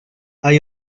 hay